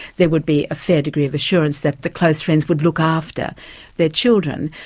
there would be a fair degree of assurance that the close friends would look after their children.